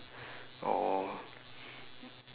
or